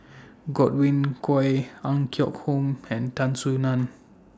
Godwin Koay Ang Yoke Home and Tan Soo NAN